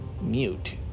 mute